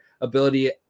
ability –